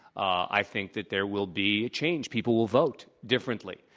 i think that there will be a change. people will vote differently.